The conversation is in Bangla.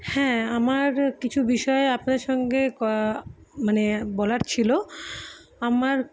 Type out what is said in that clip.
হ্যাঁ আমার কিছু বিষয়ে আপনার সঙ্গে ক মানে বলার ছিলো আমার